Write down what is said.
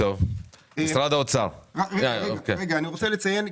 אני רוצה לציין,